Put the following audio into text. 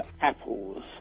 apples